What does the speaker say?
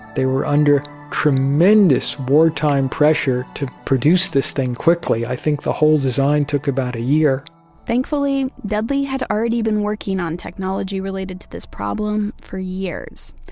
they were under tremendous wartime pressure to produce this thing quickly. i think the whole design took about a year thankfully dudley had already been working on technology related to this problem for years.